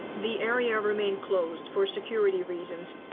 the area remained closed for security reasons.